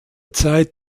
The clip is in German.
zeit